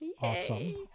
awesome